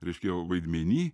reiškia jau vaidmeny